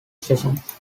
sessions